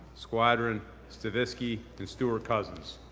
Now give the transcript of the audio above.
squadron stavisky and stewart-cousins.